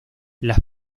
las